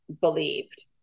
believed